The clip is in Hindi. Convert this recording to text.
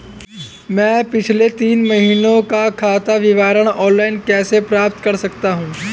मैं पिछले तीन महीनों का खाता विवरण ऑनलाइन कैसे प्राप्त कर सकता हूं?